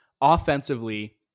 offensively